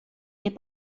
est